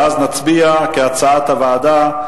ואז נצביע כהצעת הוועדה,